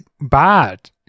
bad